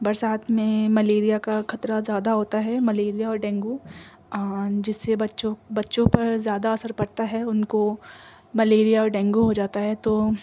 برسات میں ملیریا کا خطرہ زیادہ ہوتا ہے ملیریا اور ڈینگو جس سے بچوں بچوں پر زیادہ اثر پرتا ہے ان کو ملیریا اور ڈینگو ہو جاتا ہے تو